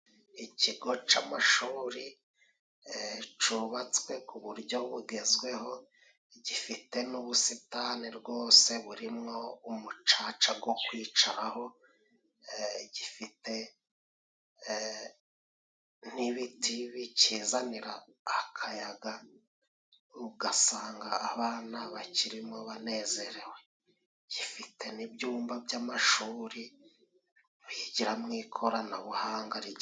Ikigo c'amashuri cubastwe ku buryo bugezweho gifite n'ubusitani rwose burimwo umucaca go kwicaraho. Gifite n'ibiti bikizanira akayaga ,ugasanga abana bakirimo banezerewe. Gifite n ibyumba by'amashuri bigiramo ikoranabuhanga .